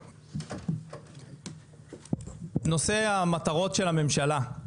נושא המטרות של הממשלה זה קיים בסייבר וזה צריך להיות הרבה יותר רחב.